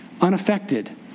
unaffected